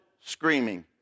screaming